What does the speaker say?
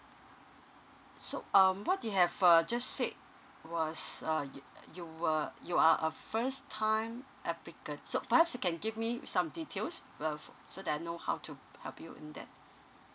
so um what do you have uh just said was uh y~ you were you are a first time applicant so perhaps you can give me with some details of so that I know how to help you in that